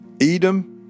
Edom